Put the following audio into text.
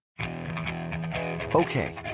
Okay